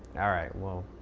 all right, well,